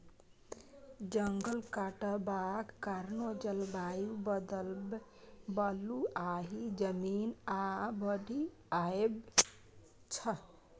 जंगल कटबाक कारणेँ जलबायु बदलब, बलुआही जमीन, आ बाढ़ि आबय छै